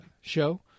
show